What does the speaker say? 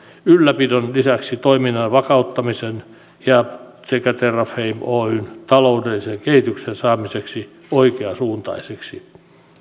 ylläpidon lisäksi toiminnan vakauttaminen sekä terrafame oyn taloudellisen kehityksen saamisen oikeansuuntaiseksi